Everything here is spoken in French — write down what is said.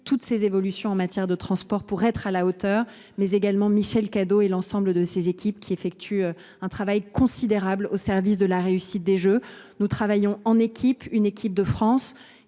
toutes les évolutions permettant que les transports soient à la hauteur. Je pense également à Michel Cadot et à l’ensemble de ses équipes, qui effectuent un travail considérable au service de la réussite des Jeux. Nous travaillons en équipe : une équipe de France,